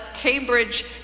Cambridge